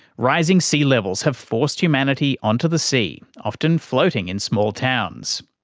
rising sea levels have forced humanity onto the sea, often floating in small towns.